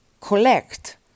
collect